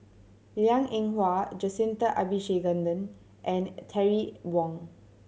Liang Eng Hwa Jacintha Abisheganaden and Terry Wong